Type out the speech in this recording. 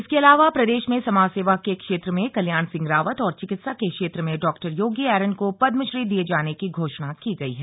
इसके अलावा प्रदेश में समाज सेवा के क्षेत्र में कल्याण सिंह रावत और चिकित्सा के क्षेत्र में डॉक्टर योगी एरन को पदमश्री दिए जाने की घोषणा की गई है